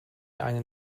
einen